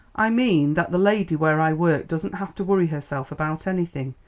i mean that the lady where i work doesn't have to worry herself about anything.